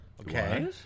Okay